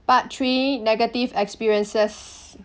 part three negative experiences